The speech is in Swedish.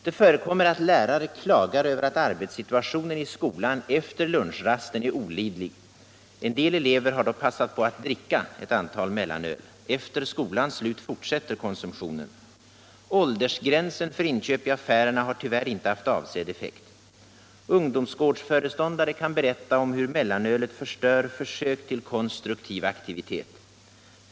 Det förekommer att lärare klagar över att arbetssituationen i skolan efter lunchrasten är olidlig — en del elever har då passat på att dricka flera burkar mellanöl. Efter skolans slut fortsätter konsumtionen. Åldersgränsen för inköp i affärerna har tyvärr inte haft avsedd effekt. Ungdomsgårdsföreståndare kan berätta om hur mellanölet förstör försök till konstruktiv aktivitet.